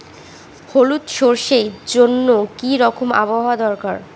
হলুদ সরষে জন্য কি রকম আবহাওয়ার দরকার?